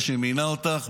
זה שמינה אותך,